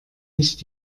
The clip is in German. nicht